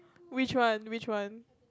which one which one